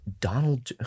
Donald